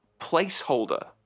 placeholder